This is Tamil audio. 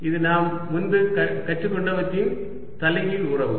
இது நாம் முன்பு கற்றுக்கொண்டவற்றின் தலைகீழ் உறவு